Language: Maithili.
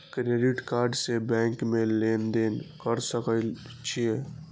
क्रेडिट कार्ड से बैंक में लेन देन कर सके छीये?